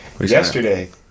Yesterday